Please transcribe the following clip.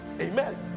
amen